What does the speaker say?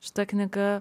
šita knyga